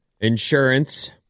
Insurance